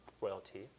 royalty